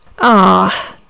Ah